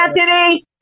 Anthony